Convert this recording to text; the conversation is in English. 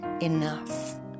enough